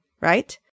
right